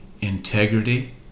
integrity